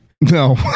no